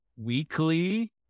weekly